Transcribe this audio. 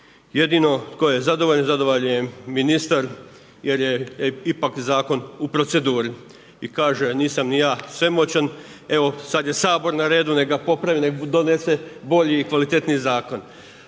Jedino tko je zadovoljan, zadovoljan je ministar jer je ipak zakon u proceduri. I kaže nisam ni ja svemoćan, evo sad je Sabor na redu, nek ga popravi, nek donese bolji i kvalitetniji zakon.